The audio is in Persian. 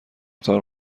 اتاق